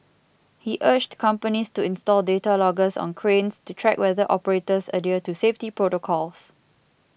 he urged companies to install data loggers on cranes to track whether operators adhere to safety protocols